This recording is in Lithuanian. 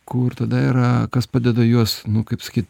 kur tada yra kas padeda juos nu kaip sakyt